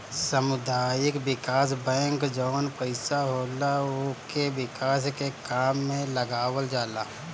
सामुदायिक विकास बैंक जवन पईसा होला उके विकास के काम में लगावल जाला